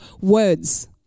words